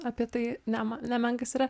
apie tai ne nemenkas yra